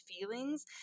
feelings